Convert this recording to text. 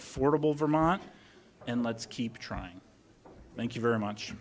affordable vermont and let's keep trying thank you very much